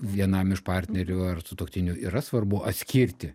vienam iš partnerių ar sutuoktinių yra svarbu atskirti